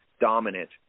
dominant